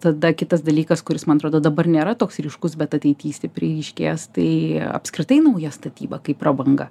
tada kitas dalykas kuris man atrodo dabar nėra toks ryškus bet ateity stipriai ryškės tai apskritai nauja statyba kaip prabanga